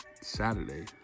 Saturday